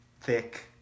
thick